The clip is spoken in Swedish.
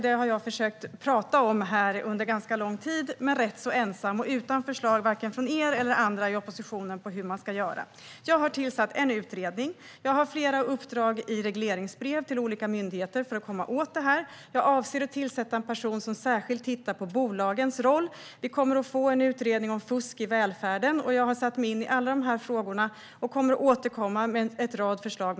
Det har jag försökt att ta upp här under ganska lång tid, men jag har varit rätt så ensam om det. Det har inte kommit några förslag varken från er eller andra i oppositionen om hur man ska göra. Jag har tillsatt en utredning. Jag har infört flera uppdrag i regleringsbrev till olika myndigheter för att komma åt detta. Jag avser att tillsätta en person som särskilt ska titta på bolagens roll. Det kommer en utredning om fusk i välfärden. Jag har satt mig in i alla dessa frågor och kommer att återkomma med en rad förslag.